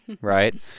Right